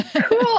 Cool